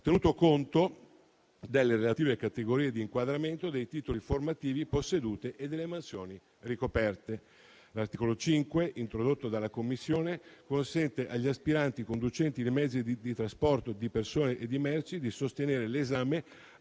tenuto conto delle relative categorie di inquadramento dei titoli formativi posseduti e delle mansioni ricoperte. L'articolo 5, introdotto dalla Commissione, consente agli aspiranti conducenti dei mezzi di trasporto di persone e di merci di sostenere l'esame